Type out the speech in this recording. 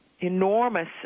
enormous